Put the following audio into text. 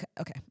okay